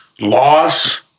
loss